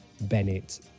bennett